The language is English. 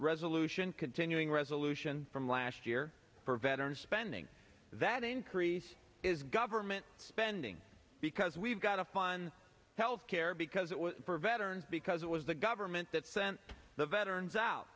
resolution continuing resolution from last year for veterans spending that increase is government spending because we've got up on health care because it was for veterans because it was the government that sent the veterans out